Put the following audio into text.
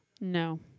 No